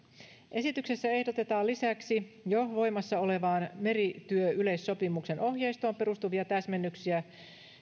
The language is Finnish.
esityksessä ehdotetaan lisäksi jo voimassa olevaan merityöyleissopimuksen ohjeistoon perustuvia täsmennyksiä